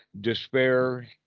despair